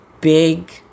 big